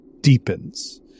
deepens